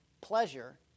pleasure